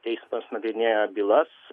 teismas nagrinėja bylas